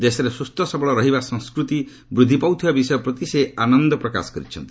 ଦେଶରେ ସ୍ରସ୍ଥ ସବଳ ରହିବା ସଂସ୍କୃତି ବୃଦ୍ଧି ପାଉଥିବା ବିଷୟ ପ୍ରତି ସେ ଆନନ୍ଦ ପ୍ରକାଶ କରିଛନ୍ତି